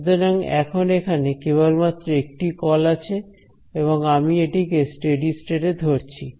সুতরাং এখন এখানে কেবলমাত্র একটি কল আছে এবং আমি এটিকে স্টেডি স্টেট এ ধরছি